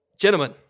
Gentlemen